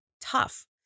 tough